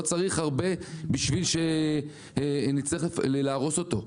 לא צריך הרבה בשביל שנצטרך להרוס אותו.